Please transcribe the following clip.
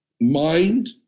Mind